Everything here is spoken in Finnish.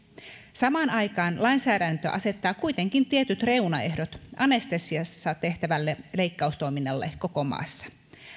samaan aikaan lainsäädäntö asettaa kuitenkin tietyt reunaehdot anestesiassa tehtävälle leikkaustoiminnalle koko maassa